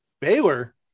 Baylor